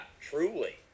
truly